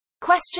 Question